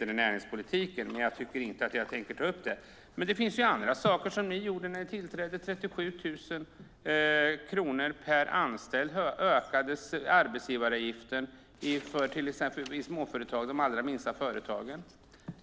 i näringspolitiken, men jag tänker inte ta upp det nu. Det finns andra saker som ni gjorde när ni tillträdde, Helena Lindahl. Arbetsgivaravgiften höjdes med 37 000 kronor per anställd för de allra minsta företagen.